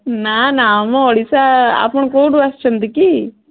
ନାଁ ନାଁ ଆମ ଓଡ଼ିଶା ଆପଣ କୋଉଠୁ ଆସଛନ୍ତି କି